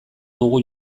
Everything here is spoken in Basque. dugu